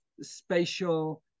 spatial